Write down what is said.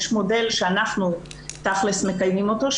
יש מודל שאנחנו מקיימים אותו,